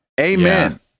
Amen